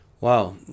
Wow